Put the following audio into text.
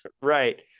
Right